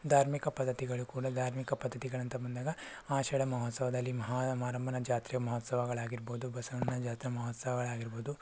ಧಾರ್ಮಿಕ ಪದ್ಧತಿಗಳು ಕೂಡ ಧಾರ್ಮಿಕ ಪದ್ಧತಿಗಳಂತ ಬಂದಾಗ ಆಶಾಢ ಮಹೋತ್ಸವದಲ್ಲಿ ಮಹಾರ ಮಾರಮ್ಮನ ಜಾತ್ರೆ ಮಹೋತ್ಸವಗಳಾಗಿರಬಹುದು ಬಸವಣ್ಣನ ಜಾತ್ರೆ ಮಹೋತ್ಸವಗಳಾಗಿರಬಹುದು